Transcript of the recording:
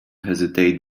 hesitate